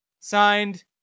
Signed